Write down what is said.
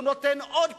הוא נותן עוד כיסאות,